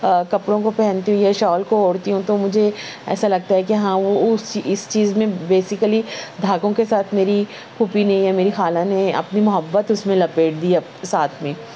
کپڑوں کو پہنتی ہوں یا شال کو اوڑھتی ہوں تو مجھے ایسا لگتا ہے کہ ہاں وہ اس اس چیز میں بیسکلی دھاگوں کے ساتھ میری پھوپھی نے یا میری خالہ نے اپنی محبت اس میں لپیٹ دی ہے ساتھ میں